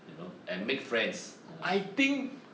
you know and make friends uh